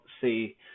see